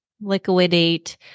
liquidate